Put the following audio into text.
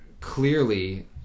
clearly